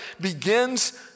begins